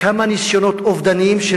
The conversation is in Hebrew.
כמה ניסיונות אובדניים,